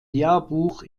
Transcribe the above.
jahrbuch